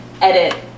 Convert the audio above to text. Edit